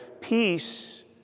peace